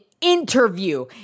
interview